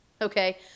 okay